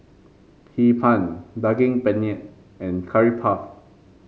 Hee Pan Daging Penyet and Curry Puff